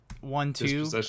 one-two